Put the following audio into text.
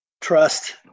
trust